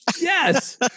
yes